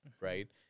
right